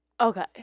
Okay